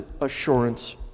assurance